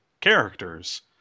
characters